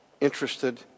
interested